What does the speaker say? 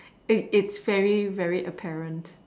it it's very very apparent